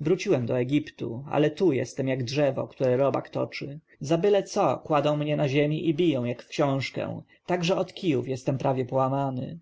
wróciłem do egiptu ale tu jestem jak drzewo które robak toczy za byle co kładą mnie na ziemię i biją jak w książkę tak że od kijów jestem prawie połamany